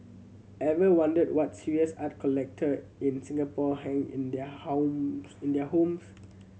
ever wondered what serious art collector in Singapore hang in their in their homes